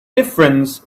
difference